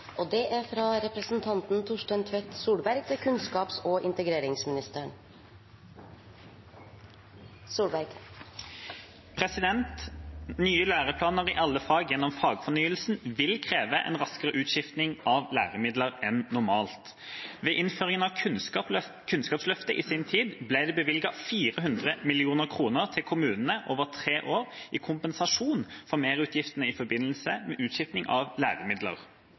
læreplaner i alle fag gjennom fagfornyelsen vil kreve en raskere utskifting av læremidlene enn normalt. Ved innføringen av Kunnskapsløftet ble det bevilget 400 mill. kroner til kommunene over tre år i kompensasjon for merutgifter i forbindelse med utskifting av læremidler.